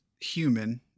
human